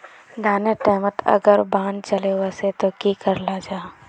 धानेर टैमोत अगर बान चले वसे ते की कराल जहा?